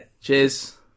Cheers